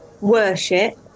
worship